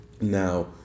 Now